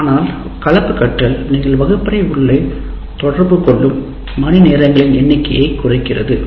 ஆனால் கலப்பு கற்றல் நீங்கள் வகுப்பறை உள்ளே தொடர்பு கொள்ளும் மணிநேரங்களின் எண்ணிக்கையை குறைக்கிறது